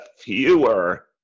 fewer